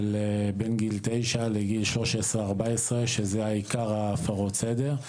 בין גיל 9 לגיל 13/14 שזה עיקר הפרות הסדר.